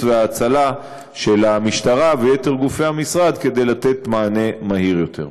וההצלה של המשטרה ויתר גופי המשרד כדי לתת מענה מהיר יותר.